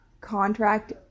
contract